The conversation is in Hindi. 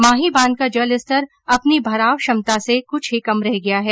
माही बांध का जलस्तर अपनी भराव क्षमता से कुछ ही कम रह गया है